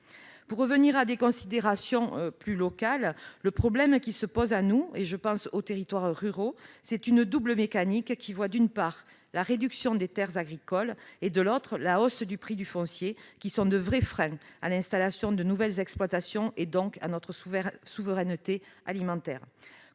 Pour revenir à des considérations plus locales, le problème qui se pose aux territoires ruraux, c'est une double mécanique qui voit, d'une part, la réduction des terres agricoles et, de l'autre, la hausse du prix du foncier, deux vrais freins à l'installation de nouvelles exploitations, et donc à la construction de notre souveraineté alimentaire.